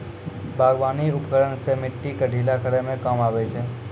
बागबानी उपकरन सें मिट्टी क ढीला करै म काम आबै छै